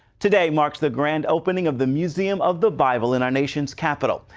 today marks the grand opening of the museum of the bible in our nation's capital.